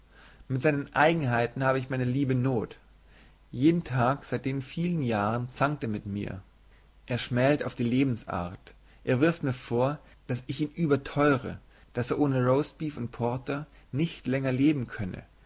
mit seinen eigenheiten habe ich meine liebe not jeden tag seit den vielen jahren zankt er mit mir er schmält auf die lebensart er wirft mir vor daß ich ihn überteure daß er ohne roastbeef und porter nicht länger leben könne